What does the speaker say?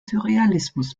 surrealismus